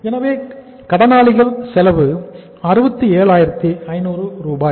எனவே கடனாளிகள் செலவு 67500